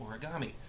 origami